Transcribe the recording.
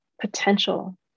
potential